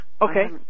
okay